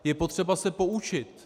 Je potřeba se poučit.